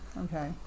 okay